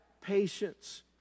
patience